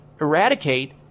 eradicate